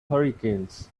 hurricanes